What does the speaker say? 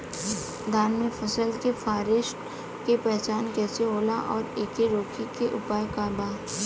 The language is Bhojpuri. धान के फसल के फारेस्ट के पहचान कइसे होला और एके रोके के उपाय का बा?